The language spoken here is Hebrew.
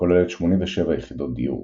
הכוללת 87 יחידות דיור,